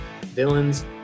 villains